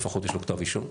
לפחות יש לו כתב אישום,